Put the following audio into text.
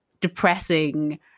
depressing